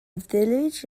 village